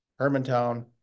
Hermantown